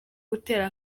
gutera